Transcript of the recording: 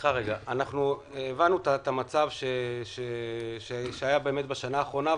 --- הבנו את המצב שהיה בשנה האחרונה,